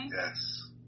yes